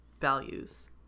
values